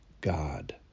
God